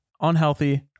unhealthy